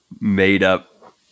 made-up